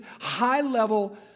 high-level